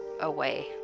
away